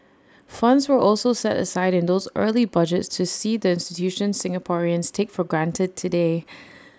funds were also set aside in those early budgets to seed the institutions Singaporeans take for granted today